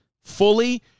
fully